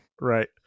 right